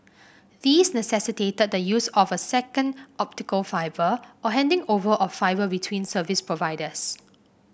these necessitated the use of a second optical fibre or handing over of fibre between service providers